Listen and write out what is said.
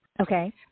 Okay